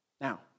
Now